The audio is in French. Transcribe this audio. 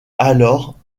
alors